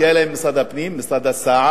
כי היה להם משרד הפנים, משרד הסעד,